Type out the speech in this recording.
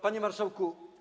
Panie Marszałku!